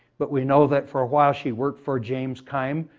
but we know that for a while she worked for james kime,